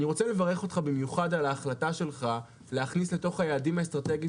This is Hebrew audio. אני רוצה לברך אותך במיוחד על ההחלטה שלך להכניס לתוך היעדים האסטרטגיים